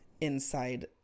inside